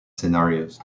scenarios